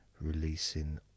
Releasing